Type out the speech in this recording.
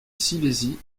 silésie